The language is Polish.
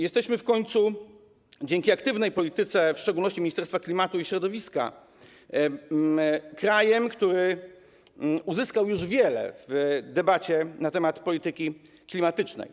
Jesteśmy w końcu dzięki aktywnej polityce, w szczególności Ministerstwa Klimatu i Środowiska, krajem, który uzyskał już wiele w debacie na temat polityki klimatycznej.